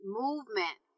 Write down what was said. movement